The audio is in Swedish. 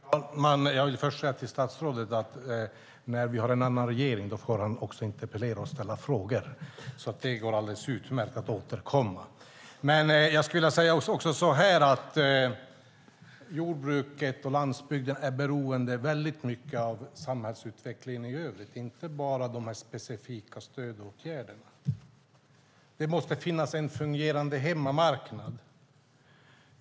Herr talman! Jag vill först säga till statsrådet att när vi får en annan regering får också han interpellera och ställa frågor, så det går alldeles utmärkt att återkomma. Jordbruket och landsbygden är väldigt beroende av samhällsutvecklingen i övrigt, inte bara de specifika stödåtgärderna. Det måste finnas en fungerande hemmamarknad.